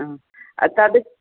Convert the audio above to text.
तत्